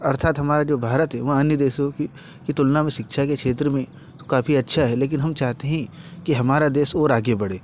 अर्थात हमारा जो भारत है वह अन्य देशों की की तुलना में शिक्षा के क्षेत्र में तो काफ़ी अच्छा है लेकिन हम चाहते हैं कि हमारा देश और आगे बढ़े